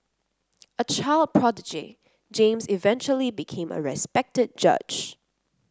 a child prodigy James eventually became a respected judge